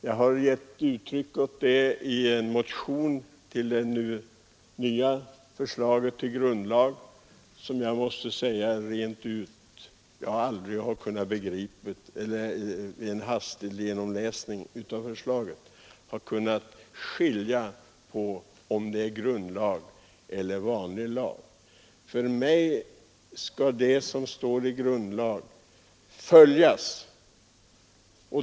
Jag har givit uttryck för detta i en motion med anledning av förslaget till ny grundlag, beträffande vilket jag måste säga rent ut att jag vid en hastig genomläsning av detsamma inte har kunnat skilja på om det är fråga om grundlag eller vanlig lag. För mig skall det som står i grundlag följas.